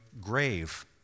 grave